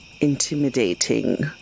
intimidating